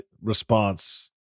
response